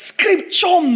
Scripture